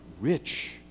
rich